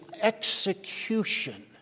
execution